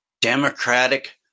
democratic